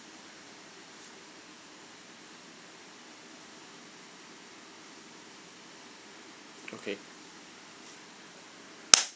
okay